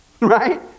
right